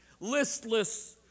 listless